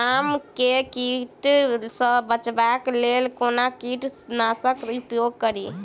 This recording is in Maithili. आम केँ कीट सऽ बचेबाक लेल कोना कीट नाशक उपयोग करि?